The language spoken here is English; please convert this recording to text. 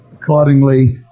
accordingly